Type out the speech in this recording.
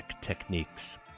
Techniques